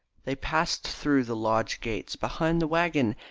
they passed through the lodge gates, behind the waggon,